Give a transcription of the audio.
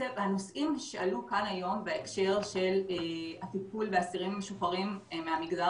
הנושאים שעלו כאן היום בהקשר של הטיפול באסירים המשוחררים מהמגזר